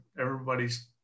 everybody's